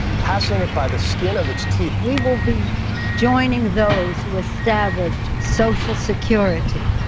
passing it by the skin of its teeth we will be joining those who established social security,